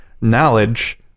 knowledge